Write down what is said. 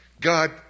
God